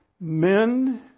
Men